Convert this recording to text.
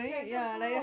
ya it felt so long